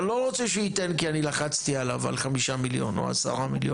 אבל אני לא רוצה שהוא ייתן כי אני לחצתי עליו על 5 מיליון או 10 מיליון,